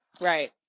Right